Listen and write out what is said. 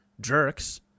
jerks